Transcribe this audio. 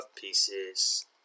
pieces